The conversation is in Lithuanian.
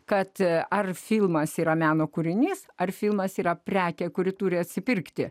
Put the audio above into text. kad ar filmas yra meno kūrinys ar filmas yra prekė kuri turi atsipirkti